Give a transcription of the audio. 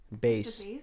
Bass